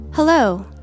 Hello